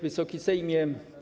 Wysoki Sejmie!